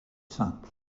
simple